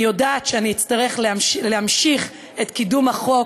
אני יודעת שאני אצטרך להמשיך את קידום החוק